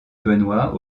benoist